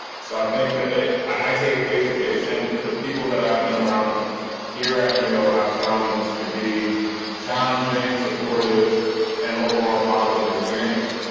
so i think, ah i take it case to case and the people that i've been around here at yale i've found to be challenging, supportive and overall positive experience.